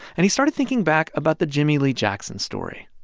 and he started thinking back about the jimmie lee jackson story.